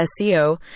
SEO